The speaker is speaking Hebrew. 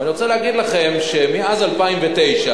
ואני רוצה להגיד לכם שמאז 2009,